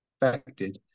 affected